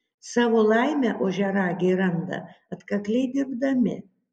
savo laimę ožiaragiai randa atkakliai dirbdami